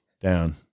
down